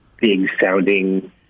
big-sounding